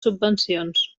subvencions